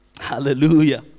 Hallelujah